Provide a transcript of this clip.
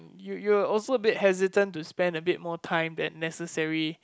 you you're also a bit hesitant to spend a bit more time than necessary